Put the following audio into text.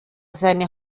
seine